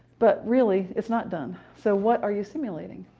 but really, it's not done. so what are you simulating?